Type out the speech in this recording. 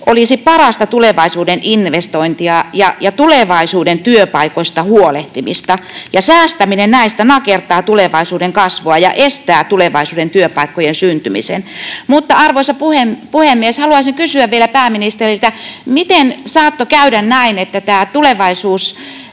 olisi parasta tulevaisuuteen investointia ja tulevaisuuden työpaikoista huolehtimista. Säästäminen näistä nakertaa tulevaisuuden kasvua ja estää tulevaisuuden työpaikkojen syntymisen. Arvoisa puhemies! Haluaisin kysyä vielä pääministeriltä: miten saattoi käydä näin, että Agenda